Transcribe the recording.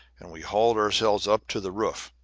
and we hauled ourselves up to the roof.